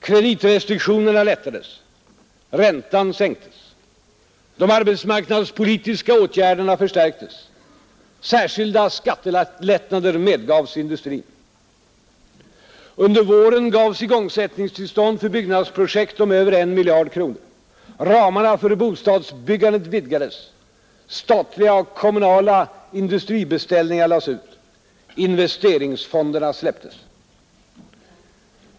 Kreditrestriktionerna lättades. Räntan sänktes. De arbetsmarknadspolitiska åtgärderna förstärktes. Särskilda skattelättnader medgavs industrin. Under våren gavs igängsättningstillstånd för byggnadsprojekt om över en miljard kronor. Ramarna för bostadsbyggandet vidgades. Statliga och kommunala industribeställningar lades ut. Investeringsfonderna släpptes.